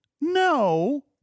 No